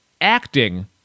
acting